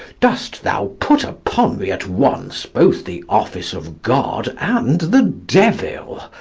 dost thou put upon me at once both the office of god and the devil?